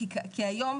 כי היום,